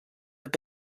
have